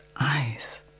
eyes